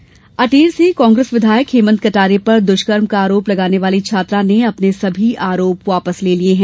हेमंत कटारे अटेर से कांग्रेस विधायक हेमंत कटारे पर दुष्कर्म का आरोप लगाने वाली छात्रा ने अपने सभी आरोप वापस ले लिये हैं